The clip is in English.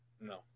No